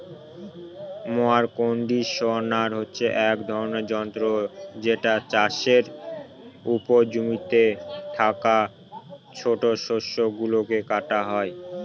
mower conditioner হচ্ছে এক ধরনের যন্ত্র যেটা চাষের পর জমিতে থাকা ছোট শস্য গুলোকে কাটা হয়